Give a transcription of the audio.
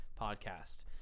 podcast